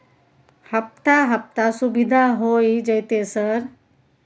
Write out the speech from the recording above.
हफ्ता हफ्ता सुविधा होय जयते सर?